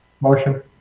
Motion